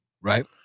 right